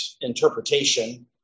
interpretation